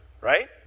right